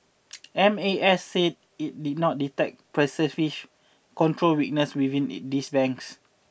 M A S said it did not detect pervasive control weaknesses within these banks